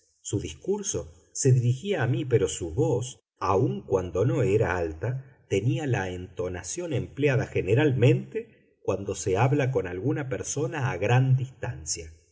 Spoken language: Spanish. su discurso se dirigía a mí pero su voz aun cuando no era alta tenía la entonación empleada generalmente cuando se habla con alguna persona a gran distancia